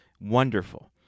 Wonderful